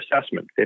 assessment